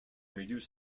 reduce